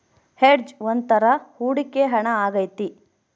hedge ಒಂದ್ ತರ ಹೂಡಿಕೆ ಹಣ ಆಗೈತಿ